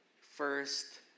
first